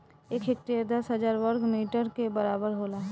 एक हेक्टेयर दस हजार वर्ग मीटर के बराबर होला